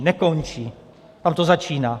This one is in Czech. Nekončí, tam to začíná.